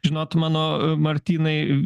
žinot mano martynai